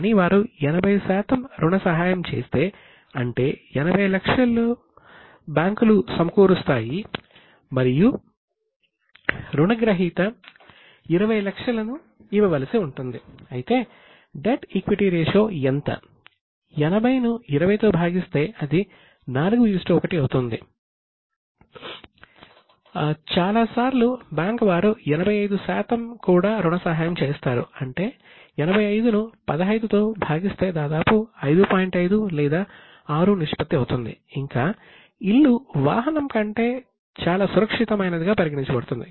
కాని వారు 80 శాతం రుణ సహాయం చేస్తే అంటే 80 లక్షలు బ్యాంకులు సమకూరుస్తాయి మరియు రుణగ్రహీత ఇచ్చే 20 లక్షలను ఇవ్వవలసి ఉంటుంది